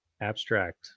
abstract